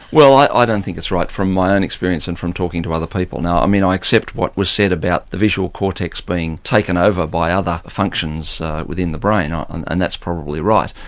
well i don't think it's right from my own experience and from talking to other people. i mean i accept what was said about the visual cortex being taken over by other functions within the brain, um and and that's probably right.